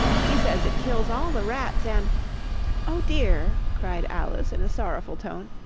he says it kills all the rats and oh dear cried alice in a sorrowful tone,